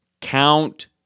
Count